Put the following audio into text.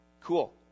Cool